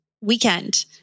weekend